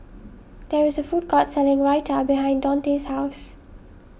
there is a food court selling Raita behind Donte's house